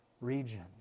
region